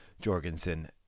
Jorgensen